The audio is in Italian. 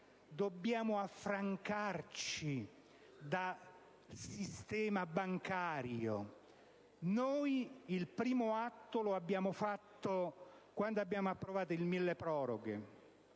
dobbiamo affrancarci dal sistema bancario. Noi il primo atto lo abbiamo compiuto quando abbiamo approvato il milleproroghe.